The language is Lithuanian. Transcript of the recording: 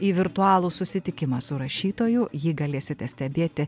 į virtualų susitikimą su rašytoju jį galėsite stebėti